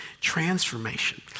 transformation